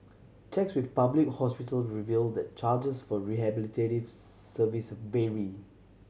checks with public hospital revealed that charges for rehabilitative service vary